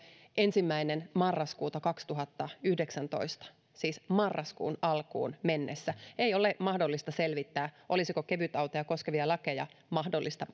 ensimmäinen marraskuuta kaksituhattayhdeksäntoista siis marraskuun alkuun mennessä ei ole mahdollista selvittää olisiko kevytautoja koskevia lakeja mahdollista